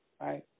right